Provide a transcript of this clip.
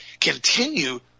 Continue